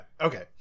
Okay